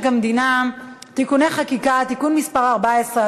המדינה (תיקוני חקיקה) (תיקון מס' 14),